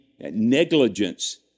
negligence